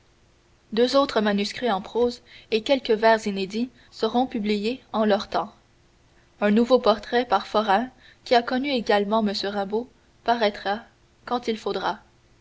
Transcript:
deux autres manuscrits en prose et quelques vers inédits seront publiés en leur temps un nouveau portrait par forain qui a connu également m rimbaud paraîtra quand il faudra